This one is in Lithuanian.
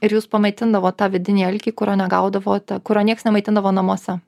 ir jūs pamaitindavot tą vidinį alkį kurio negaudavot kurio nieks nemaitino namuose